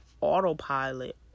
autopilot